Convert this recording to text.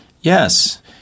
Yes